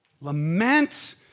Lament